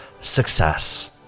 success